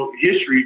history